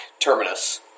Terminus